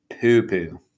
poo-poo